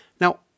Now